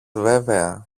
βέβαια